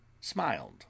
smiled